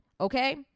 Okay